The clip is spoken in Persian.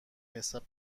نسبت